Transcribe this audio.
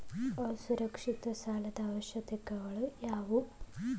ಅಸುರಕ್ಷಿತ ಸಾಲದ ಅವಶ್ಯಕತೆಗಳ ಯಾವು